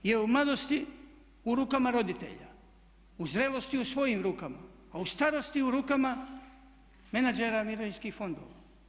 Čovjek je u mladosti u rukama roditelja, u zrelosti u svojim rukama, a u starosti u rukama menadžera mirovinskih fondova.